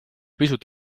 pisut